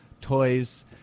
toys